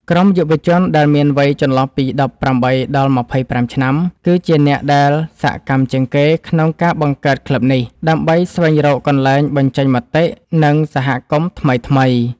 ក្រុមយុវជនដែលមានវ័យចន្លោះពី ១៨ ដល់ ២៥ ឆ្នាំ គឺជាអ្នកដែលសកម្មជាងគេក្នុងការបង្កើតក្លឹបនេះ ដើម្បីស្វែងរកកន្លែងបញ្ចេញមតិ និងសហគមន៍ថ្មីៗ។